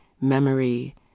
memory